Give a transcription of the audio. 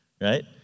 right